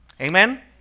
Amen